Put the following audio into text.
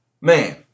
man